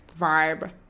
vibe